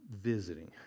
visiting